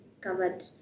covered